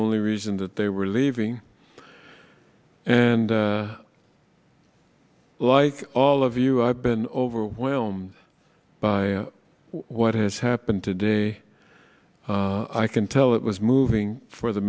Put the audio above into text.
only reason that they were leaving and like all of you i've been overwhelmed by what has happened today i can tell it was moving for the